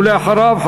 ואחריו,